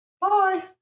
bye